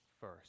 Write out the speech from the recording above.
first